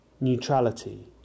Neutrality